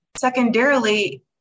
Secondarily